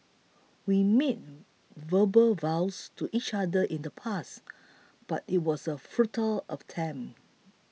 we made verbal vows to each other in the past but it was a futile attempt